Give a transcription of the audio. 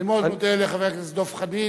אני מאוד מודה לחבר הכנסת דב חנין,